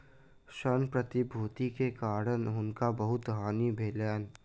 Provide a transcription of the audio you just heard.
ऋण प्रतिभूति के कारण हुनका बहुत हानि भेलैन